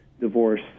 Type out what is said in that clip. divorce